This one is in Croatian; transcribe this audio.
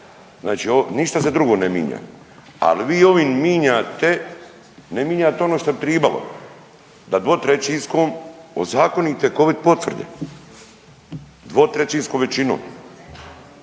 Znači ništa se drugo ne minja, al vi ovim minjate, ne minjate ono šta bi tribalo da dvotrećinskom ozakonite covid potvrde, dvotrećinskom većinom.